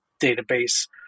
database